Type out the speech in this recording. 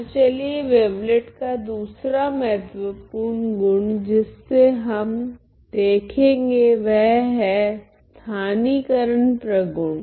तो चलिए वेवलेट का दूसरा महत्वपूर्ण गुण जिससे हम देखेगे वह है स्थानीकरण प्रगुण